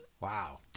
Wow